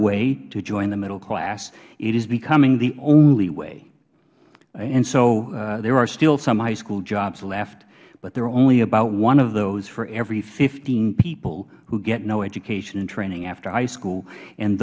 way to join the middle class it is becoming the only way so there are still some high school jobs left but there are only about one of those for every fifteen people who get no education and training after high school and